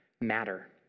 matter